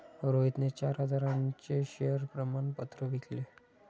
रोहितने चार हजारांचे शेअर प्रमाण पत्र विकले